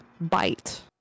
bite